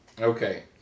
Okay